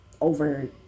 over